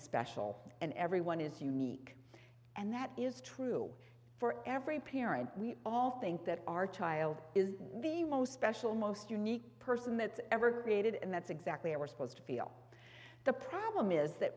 special and everyone is unique and that is true for every parent we all think that our child is the most special most unique person that's ever created and that's exactly how we're supposed to feel the problem is that